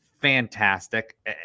fantastic